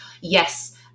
Yes